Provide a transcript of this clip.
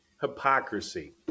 hypocrisy